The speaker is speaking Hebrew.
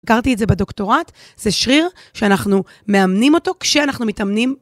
הכרתי את זה בדוקטורט, זה שריר שאנחנו מאמנים אותו כשאנחנו מתאמנים.